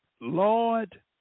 Lord